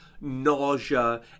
nausea